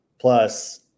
Plus